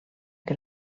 que